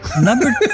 Number